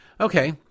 Okay